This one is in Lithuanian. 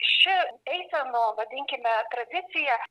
ši eisenų vadinkime tradicija